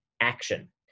action